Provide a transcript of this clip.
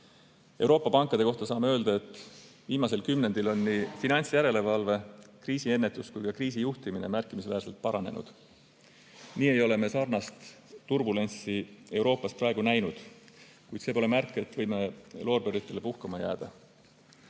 Euroopa pankade kohta saame öelda, et viimasel kümnendil on nii finantsjärelevalve, kriisiennetus kui ka kriisijuhtimine märkimisväärselt paranenud. Nii ei ole me sarnast turbulentsi Euroopas praegu näinud. Kuid see pole märk, et võime loorberitele puhkama jääda.